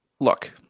Look